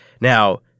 Now